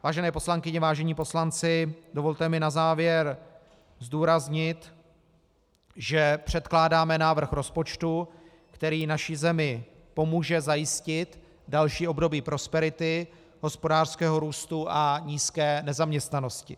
Vážené poslankyně, vážení páni poslanci, dovolte mi na závěr zdůraznit, že předkládáme návrh rozpočtu, který naší zemi pomůže zajistit další období prosperity, hospodářského růstu a nízké nezaměstnanosti.